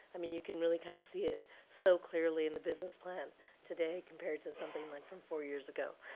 i mean you can really kind of see it so clearly in the business plan today compared to something like from four years ago.